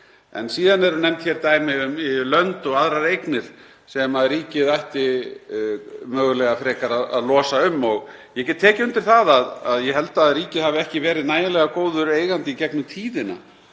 Síðan eru nefnd dæmi um lönd og aðrar eignir sem ríkið ætti mögulega frekar að losa um. Ég get tekið undir það að ríkið hafi ekki verið nægilega góður eigandi í gegnum tíðina